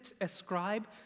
ascribe